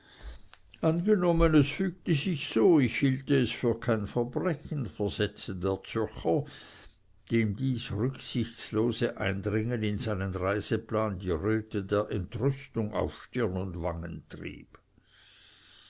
es fügte sich so ich hielte es für kein verbrechen versetzte der zürcher dem dies rücksichtslose eindringen in seinen reiseplan die röte der entrüstung auf stirn und wangen trieb